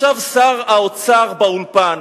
ישב שר האוצר באולפן,